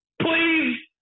please